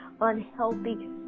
unhealthy